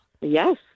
Yes